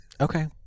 Okay